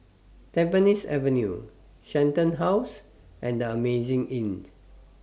Tampines Avenue Shenton House and The Amazing Inn